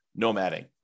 nomading